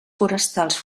forestals